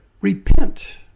Repent